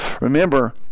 Remember